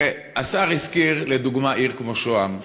השר הזכיר לדוגמה עיר כמו שוהם,